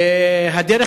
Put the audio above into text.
הדרך